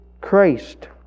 Christ